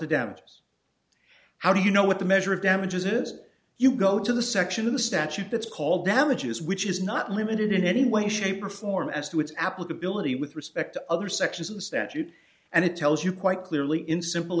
to damages how do you know what the measure of damages is you go to the section of the statute that's called damages which is not limited in any way shape or form as to its applicability with respect to other sections of the statute and it tells you quite clearly in simple